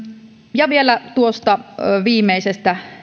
vielä tuosta viimeisestä